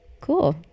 Cool